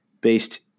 based